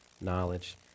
knowledge